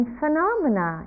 phenomena